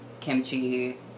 kimchi